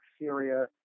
Syria